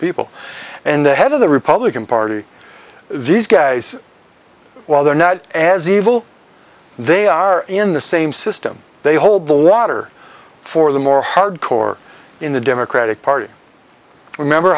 people and the head of the republican party these guys while they're not as evil they are in the same system they hold the water for the more hardcore in the democratic party remember